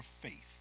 faith